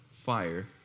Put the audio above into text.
fire